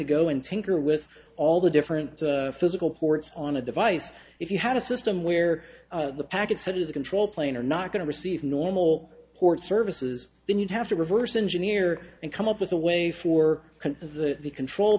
to go and take her with all the different physical ports on a device if you had a system where the packet said to the control plane are not going to receive normal port services then you'd have to reverse engineer and come up with a way for the control